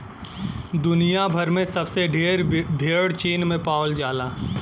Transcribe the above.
दुनिया भर में सबसे ढेर भेड़ चीन में पावल जाला